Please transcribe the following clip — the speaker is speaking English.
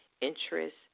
interest